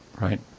right